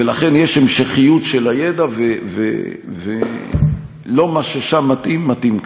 ולכן יש המשכיות של הידע ולא מה ששם מתאים מתאים כאן.